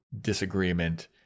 disagreement